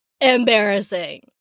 embarrassing